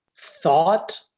thought